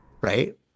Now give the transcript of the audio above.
Right